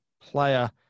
player